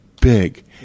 big